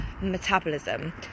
metabolism